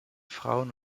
frauen